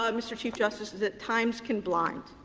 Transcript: um mr. chief justice, is that times can blind,